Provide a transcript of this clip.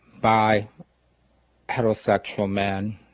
by heterosexual men,